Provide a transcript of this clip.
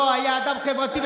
לא היה אדם חברתי,